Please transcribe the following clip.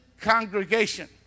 congregation